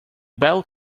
bell